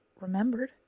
remembered